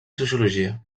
sociologia